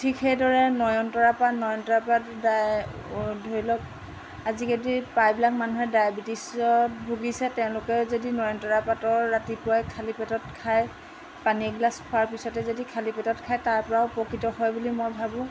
ঠিক সেইদৰে নয়নতৰা পাত নয়নতৰা পাত ধৰি লওক আজিকালি প্ৰায়বিলাক মানুহে ডায়েবেটিছত ভুগিছে তেওঁলোকে যদি নয়নতৰা পাতৰ ৰাতিপুৱাই খালী পেটত খায় পানী এগিলাছ খোৱাৰ পাছতে যদি খালী পেটত খায় তাৰপৰাও উপকৃত হয় বুলি মই ভাবোঁ